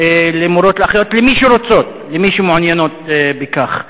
של מורות לאחיות, למי שרוצות, למי שמעוניינות בכך.